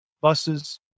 buses